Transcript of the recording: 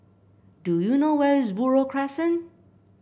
do you know where is Buroh Crescent